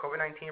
COVID-19